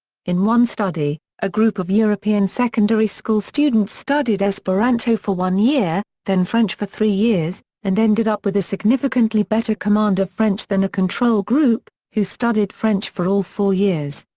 in one study, a group of european secondary school students studied esperanto for one year, then french for three years, and ended up with a significantly better command of french than a control group, who studied french for all four years.